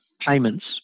payments